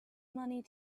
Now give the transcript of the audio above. money